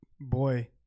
boy